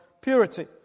purity